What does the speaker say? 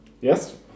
Yes